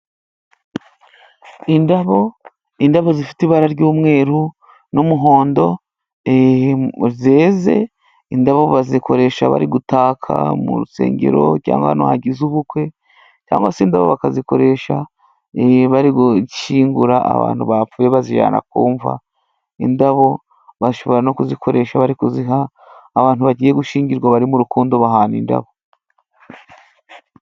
Indabo, indabo zifite ibara ry'umweru n'umuhondo, zeze. Indabo bazikoresha bari gutaka mu rusengero cyangwa ahantu bagize ubukwe, cyangwa se indabo bakazikoresha bari gushyingura abantu bapfuye bazijyana ku mva. Indabo bashobora no kuzikoresha bari kuziha abantu bagiye gushinyingirwa bari mu rukundo bahana indabo.